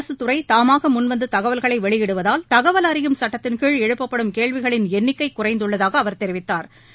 அரசு துறை தாமாக முன்வந்து தகவல்களை வெளியிடு வதால் தகவல் அறிய மம்பாசட்டத்தின் கீழழ் பாப்பட்படும் கேள்விகளின் எண்ணிக்கை குறை ந்துள்ளதாக அவர் தெரிவி த்தாாா்